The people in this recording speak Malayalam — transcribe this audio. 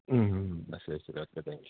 മ്മ് മ്മ് ശരി ശരി ഓക്കെ താങ്ക്യു